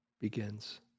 begins